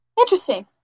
Interesting